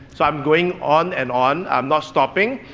so, i'm going on and on, i'm not stopping,